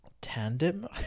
Tandem